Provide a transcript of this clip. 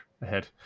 ahead